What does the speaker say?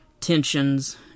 tensions